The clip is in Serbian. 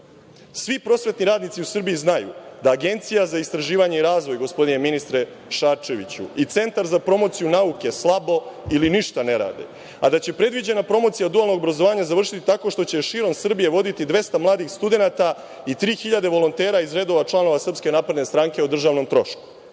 prosvetni radnici u Srbiji znaju da Agencija za istraživanje i razvoj, gospodine ministre Šarčeviću, i Centar za promociju nauke slabo ili ništa ne rade, a da će predviđena promocija dualnog obrazovanja završiti tako što će širom Srbije voditi 200 mladih studenata i 3.000 volontera iz redova članova SNS o državnom trošku.